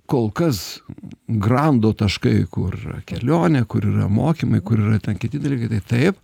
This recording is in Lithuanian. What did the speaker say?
kol kas grando taškai kur kelionė kur yra mokymai kur yra ten kiti dalykai tai taip